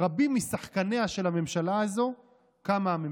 רבים משחקניה של הממשלה הזו קמה הממשלה.